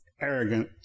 arrogant